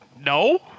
No